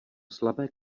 slabé